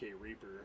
Reaper